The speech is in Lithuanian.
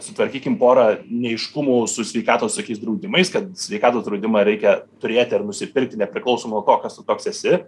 sutvarkykim porą neaiškumų su sveikatos tokiais draudimais kad sveikatos draudimą reikia turėti ar nusipirkti nepriklausomai nuo to kas tu toks esi